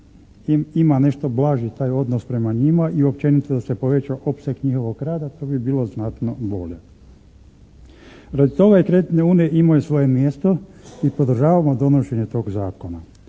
ima nešto blaži taj odnos prema njima i općenito da se poveća opseg njihovog rada, to bi bilo znatno bolje. Radi toga i kreditne unije imaju svoje mjesto i podržavamo donošenje tog zakona.